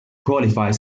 qualified